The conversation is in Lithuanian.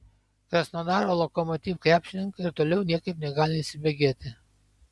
krasnodaro lokomotiv krepšininkai ir toliau niekaip negali įsibėgėti